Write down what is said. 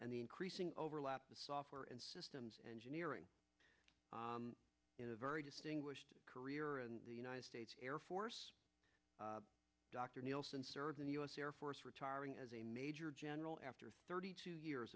and the increasing overlap software and systems engineering in a very distinguished career in the united states air force dr nielsen served in the u s air force retiring as a major general after thirty two years